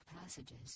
passages